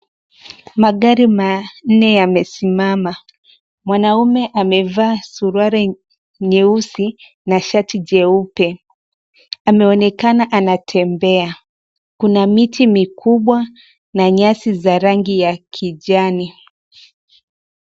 Magari manne yamesimama. Mwanaume amevaa suruali nyeusi na shati jeupe. Ameonekana anatembea. Kuna miti mikubwa na nyasi za rangi ya kijani.